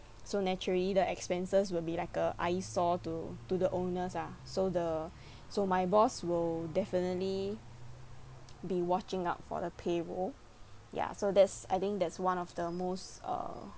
so naturally the expenses will be like a eyesore to to the owners ah so the so my boss will definitely be watching out for the payroll ya so that's I think that's one of the most err